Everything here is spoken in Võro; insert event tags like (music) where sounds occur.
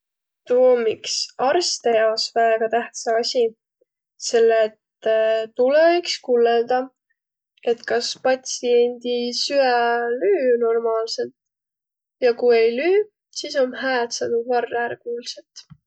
Tuu om iks arste jaos väega tähtsä asi, selle et (hesitation) tulõ iks kullõldaq, et kas patsiendi süä lüü normaalselt. Ja ku ei lüüq, sis om hää, et sa tuud varra är kuuldsõt.